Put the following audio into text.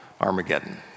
Armageddon